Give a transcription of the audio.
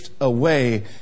away